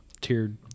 tiered